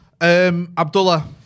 Abdullah